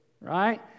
Right